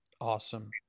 Awesome